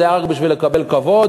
זה היה רק בשביל לקבל כבוד,